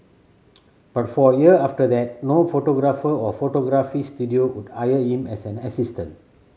but for a year after that no photographer or photography studio would hire him as an assistant